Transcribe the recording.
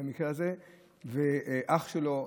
במקרה הזה אח שלו,